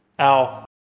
Ow